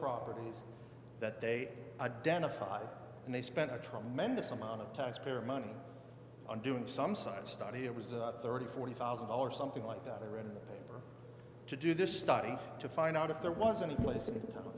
properties that they identified and they spent a tremendous amount of taxpayer money on doing some side study it was thirty forty thousand dollars something like that i read in the paper to do this study to find out if there was any place in t